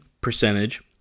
percentage